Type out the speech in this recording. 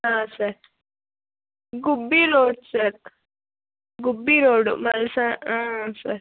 ಹಾಂ sir Gubbi road sir Gubbi road ಮಲಸಾ ಹ್ಞೂ ಸರ್